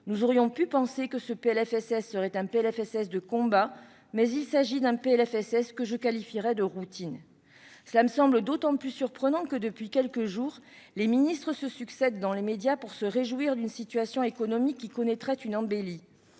Nous aurions pu espérer un PLFSS de combat, mais il s'agit d'un texte de routine. Cela me semble d'autant plus surprenant que, depuis quelques jours, les ministres se succèdent dans les médias pour se réjouir d'une situation économique qui connaîtrait une embellie.